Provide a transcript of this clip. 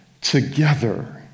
together